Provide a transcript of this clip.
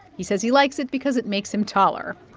he says he likes it because it makes him taller